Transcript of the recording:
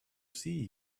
see